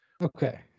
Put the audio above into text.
okay